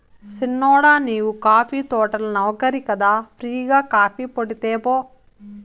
సిన్నోడా నీవు కాఫీ తోటల నౌకరి కదా ఫ్రీ గా కాఫీపొడి తేపో